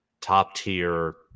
top-tier